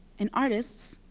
and artists,